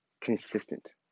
consistent